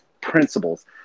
principles